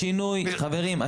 השינוי, חברים.